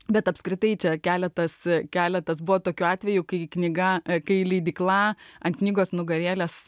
bet apskritai čia keletas keletas buvo tokiu atveju kai knyga kai leidykla ant knygos nugarėlės